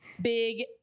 big